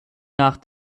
nach